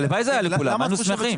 הלוואי שזה היה לכולם, היינו שמחים.